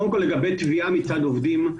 קודם כל לגבי תביעה מצד עובדים,